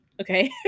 okay